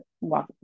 walk